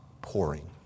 pouring